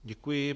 Děkuji.